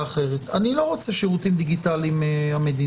אני לא רוצה לקבל שירותים דיגיטליים מהמדינה.